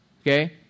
okay